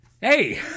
Hey